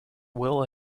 will